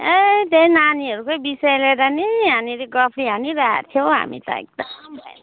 ए त्यही नानीहरूकै विषय लिएर नै यहाँनेरि गफ हानिरहेको थियो हौ हामी त एकदम